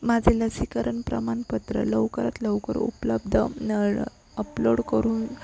माझे लसीकरण प्रमाणपत्र लवकरात लवकर उपलब्ध न अपलोड करून